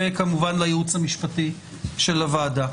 וכמובן לייעוץ המשפטי של הוועדה,